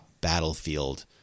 battlefield